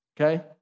okay